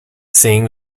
seeing